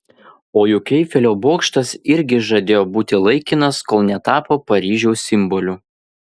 o juk eifelio bokštas irgi žadėjo būti laikinas kol netapo paryžiaus simboliu